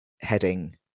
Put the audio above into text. heading